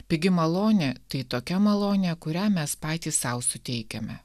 pigi malonė tai tokia malonė kurią mes patys sau suteikiame